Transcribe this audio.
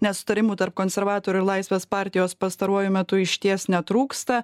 nesutarimų tarp konservatorių ir laisvės partijos pastaruoju metu išties netrūksta